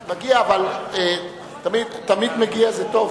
מגיע, תמיד מגיע זה טוב.